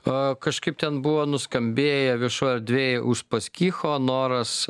aaa kažkaip ten buvo nuskambėję viešoj erdvėj uspaskicho noras